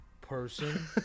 person